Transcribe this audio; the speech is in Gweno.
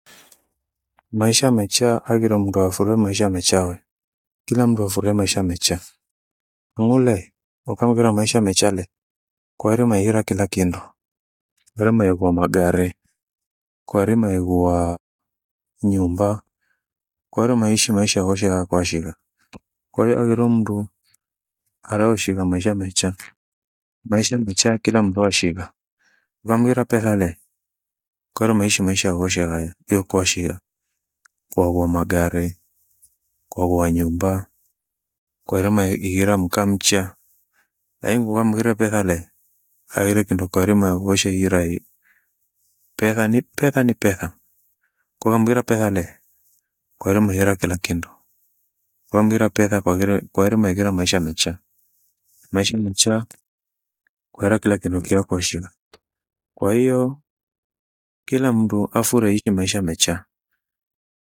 maisha mecha aghira mndu afurie maisha mechawe. Kila mndu afurie maisha mecha, umule ukamughira maisha mechale, kweli umehira kira kindu. Verime ivo magaree, kwarimo ighua, nyumba! kwarima ishi maisha vosha kwashigha. Kwahiyo haghire mndu, aleushigha maisha mecha. Maisha mecha kila mndu ashigha, rwavira petha lee, kweri umeishi maisha yavoshegha hea iyo kwashia. Kwauo magari, kwauowa nyumba. Kwahirima ihira mkamcha, naingua waghire petha lee. Haghire kindu kwairima yavosheghira hii. Petha ni petha ni petha koghamghire petha lee kwahirima hira kila kindu. Kwaghira petha kwaghire kwairima ighira maisha mecha. Maisha mechaa kwahira kila kindu mkeo hakoshigha. Kwahiyo kila mndu afurahi ishi maisha mecha.